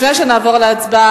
לפני שנעבור להצבעה,